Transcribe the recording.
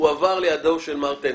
הועבר לידו של מר טננבוים.